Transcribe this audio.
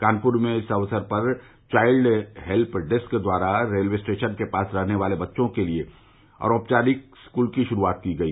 कानपुर में इस अवसर पर चाइल्ड हेल्प डेस्क द्वारा रेलवे स्टेशन के पास रहने वाले बच्चों के लिए अनौपचारिक स्कूल की गुरूआत की गई